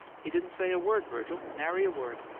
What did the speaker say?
he didn't say a word, virgil nary a word.